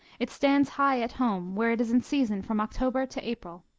it stands high at home, where it is in season from october to april.